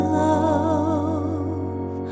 love